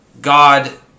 God